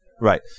Right